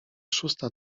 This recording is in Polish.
szósta